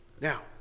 Now